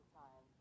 time